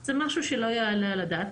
זה משהו שלא יעלה על הדעת,